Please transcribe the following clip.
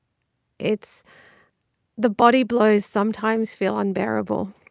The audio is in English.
it's the body blows sometimes feel unbearable